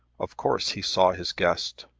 of course he saw his guest.